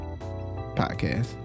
Podcast